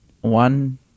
One